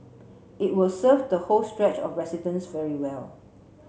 it will serve the whole stretch of residents very well